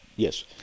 Yes